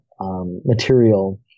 material